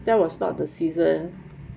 that was not the season